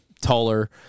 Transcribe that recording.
taller